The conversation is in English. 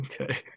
Okay